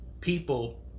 people